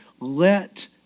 Let